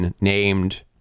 named